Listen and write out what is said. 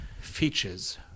features